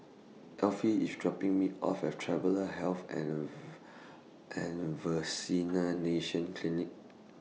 Effie IS dropping Me off At Travellers' Health and and Vaccination Clinic